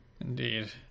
Indeed